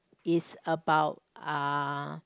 is about uh